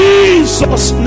Jesus